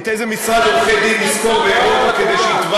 איזה משרד עורכי דין באירופה אנחנו נשכור כדי שיתבע